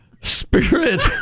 Spirit